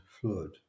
flood